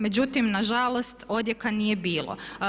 Međutim, na žalost odjeka nije bilo.